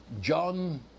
John